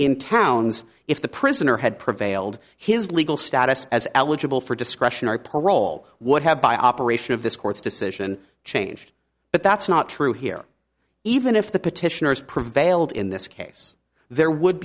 in towns if the prisoner had prevailed his legal status as eligible for discretionary parole would have by operation of this court's decision changed but that's not true here even if the petitioners prevailed in this case there would